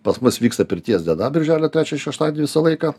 pas mus vyksta pirties diena birželio trečią šeštadienį visą laiką